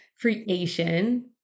creation